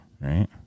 Right